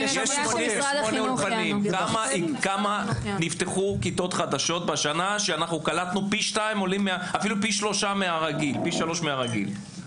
כמה נפתחו כיתות חדשות בשנה שקלטנו פי שלושה מהרגיל?